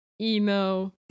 emo